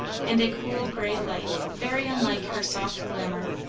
and a cool grey light, very unlike her soft glamour,